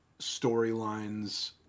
storylines